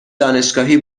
دانشگاهی